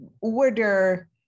order